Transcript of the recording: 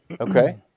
Okay